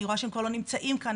אני רואה שהם כבר לא נמצאים כאן,